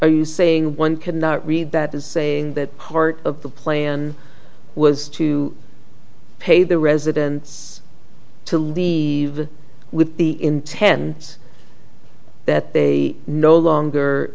are you saying one cannot read that as saying that part of the plan was to pay the residents to leave with the intends that they no longer